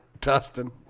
Dustin